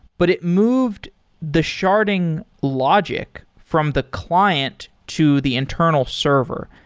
but it moved the sharding logic from the client to the internal server.